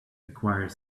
acquire